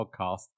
podcast